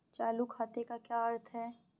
चालू खाते का क्या अर्थ है?